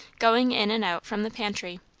going in and out from the pantry.